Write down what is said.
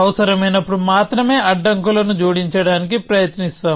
అవసరమైనప్పుడు మాత్రమే అడ్డంకులను జోడించడానికి ప్రయత్నిస్తాం